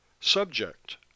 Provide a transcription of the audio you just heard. Subject